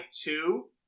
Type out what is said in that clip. two